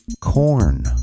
Corn